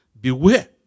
beware